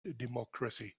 democracy